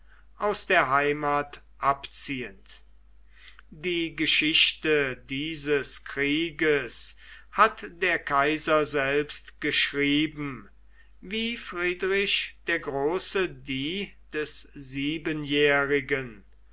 aus der heimat abziehend die geschichte dieses krieges hat der kaiser selbst geschrieben wie friedrich der große die des siebenjährigen